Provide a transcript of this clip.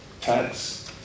tax